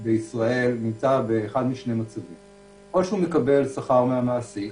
בישראל נמצא באחד משני מצבים או שהוא מקבל שכר מהמעסיק